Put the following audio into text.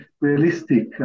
realistic